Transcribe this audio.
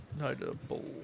Notable